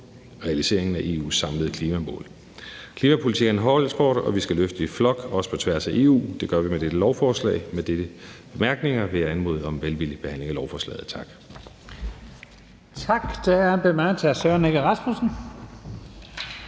realiseringen af EU's samlede klimamål. Klimapolitik er en holdsport, og vi skal løfte i flok, også på tværs af EU. Det gør vi med dette lovforslag. Med disse bemærkninger vil jeg anmode om en velvillig behandling af lovforslaget. Tak.